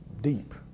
deep